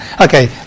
Okay